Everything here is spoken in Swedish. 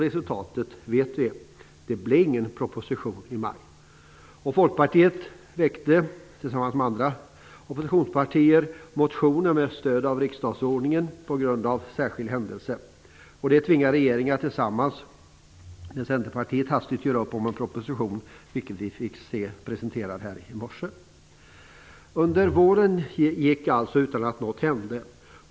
Resultatet vet vi. Det blev inte någon proposition i maj. Folkpartiet väckte med stöd av riksdagsordningen tillsammans med andra oppositionspartier motioner på grund av särskild händelse. Detta tvingade regeringen att tillsammans med Centerpartiet hastigt göra upp om en proposition, vilken presenterades här i morse. Hela våren gick alltså utan att något hände.